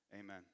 Amen